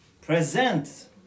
present